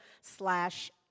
slash